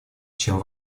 чем